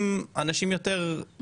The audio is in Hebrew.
שמעתי אותו בדרך לכאן,